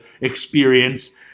experience